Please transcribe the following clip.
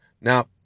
Now